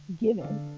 given